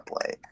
play